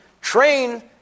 train